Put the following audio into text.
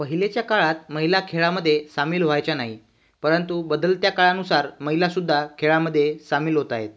पहिल्याच्या काळात महिला खेळामध्ये सामील व्हायच्या नाही परंतु बदलत्या काळानुसार महिलासुद्धा खेळामध्ये सामील होत आहेत